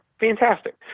Fantastic